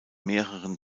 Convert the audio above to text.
mehreren